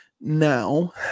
Now